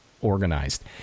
organized